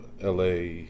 la